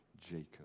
Jacob